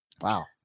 Wow